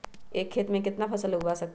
एक खेत मे केतना फसल उगाय सकबै?